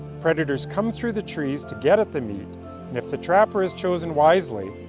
predators come through the trees to get at the meat and if the trapper has chosen wisely,